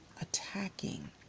attacking